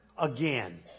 again